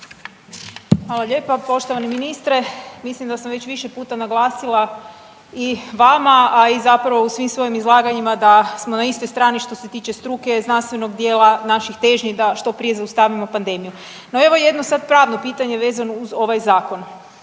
Hvala lijepa. Poštovani ministre, mislim da sam već više puta naglasila i vama, a i zapravo u svim svojim izlaganjima da smo na istoj strani što se tiče struke, znanstvenog dijela naših težnji da što prije zaustavimo pandemiju. No, evo jedno sad pravno pitanje vezano uz ovaj zakon.